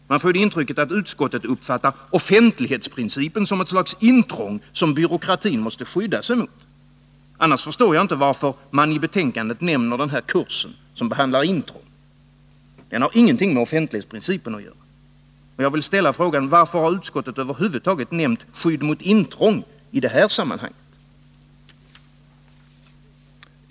Man får intrycket att utskottet uppfattar offentlighetsprincipen som ett slags intrång, som byråkratin måste skydda sig mot. Annars förstår jag inte varför man i betänkandet nämner kursen som behandlar intrång. Den har ingenting med offentlighetsprincipen att göra. Jag vill ställa frågan: Varför har utskottet över huvud taget nämnt skydd mot intrång i det här sammanhanget?